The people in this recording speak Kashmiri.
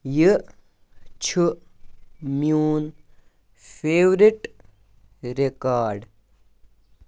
یہِ چھُ میون فیورِٹ رِکاڈ